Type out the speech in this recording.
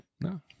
No